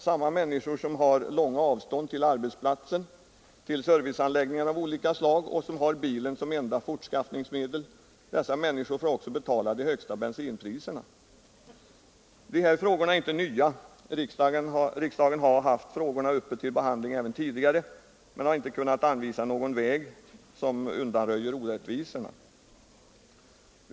Samma människor som har långa avstånd till arbetsplats, till serviceanläggningar av olika slag och som har bilen som enda fortskaffningsmedel får också betala de högsta bensinpriserna. De här frågorna är inte nya; riksdagen har haft frågorna uppe till behandling även tidigare men har inte kunnat anvisa någon väg som undanröjer orättvisorna.